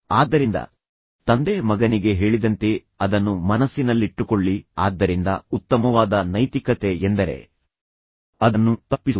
ಆದ್ದರಿಂದ ತಂದೆ ಮಗನಿಗೆ ಹೇಳಿದಂತೆ ಅದನ್ನು ಮನಸ್ಸಿನಲ್ಲಿಟ್ಟುಕೊಳ್ಳಿ ಆದ್ದರಿಂದ ಉತ್ತಮವಾದ ನೈತಿಕತೆ ಎಂದರೆ ಅದನ್ನು ತಪ್ಪಿಸುವುದು